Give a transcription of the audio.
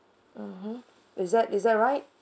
mmhmm is that is that right